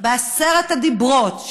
בעשרת הדיברות,